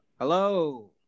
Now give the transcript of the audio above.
Hello